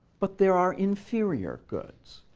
but there are inferior goods.